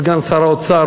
סגן שר האוצר,